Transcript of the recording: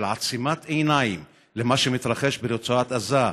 של עצימת עיניים למה שמתרחש ברצועת עזה,